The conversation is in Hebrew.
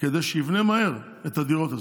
כדי שיבנה מהר את הדירות.